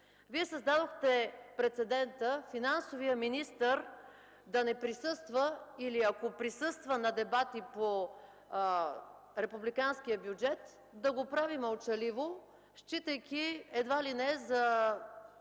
Вие създадохте прецедента финансовият министър да не присъства или ако присъства на дебати по републиканския бюджет, да го прави мълчаливо, считайки едва ли не за